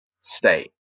state